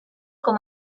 com